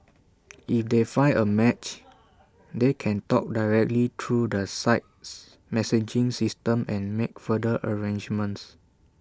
if they find A match they can talk directly through the site's messaging system and make further arrangements